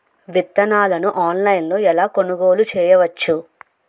విత్తనాలను ఆన్లైన్లో ఎలా కొనుగోలు చేయవచ్చున?